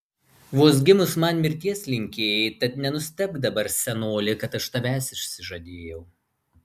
vos gimus man mirties linkėjai tad nenustebk dabar senoli kad aš tavęs išsižadėjau